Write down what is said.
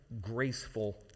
graceful